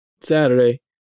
saturday